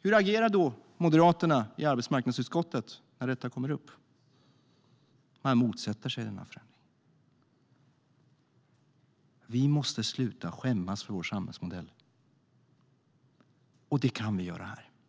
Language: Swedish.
Hur agerade Moderaterna i arbetsmarknadsutskottet när det kom upp? De motsatte sig denna förändring. Vi måste sluta skämmas för vår samhällsmodell. Det kan vi göra här.